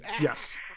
Yes